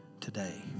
today